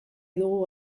dugu